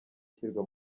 ishyirwa